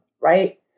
right